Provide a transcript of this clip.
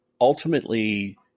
ultimately